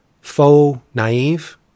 faux-naive